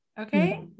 Okay